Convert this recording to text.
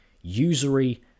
usury